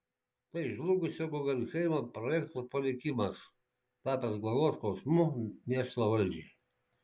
tai žlugusio guggenheimo projekto palikimas tapęs galvos skausmu miesto valdžiai